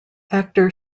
actor